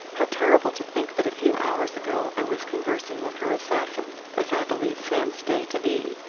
how terrible to think that a few hours ago i was conversing with her assassin, as i believe sam stay to be,